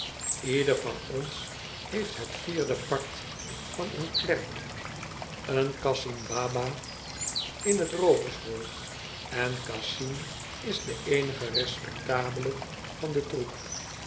ieder van ons heeft het vierdepart van een klerk een cassim baba in het roovershol en cassim is de eenige respectabele van den troep